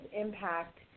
impact